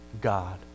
God